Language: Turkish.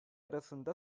arasında